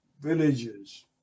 villages